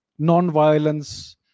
Nonviolence